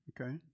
Okay